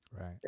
Right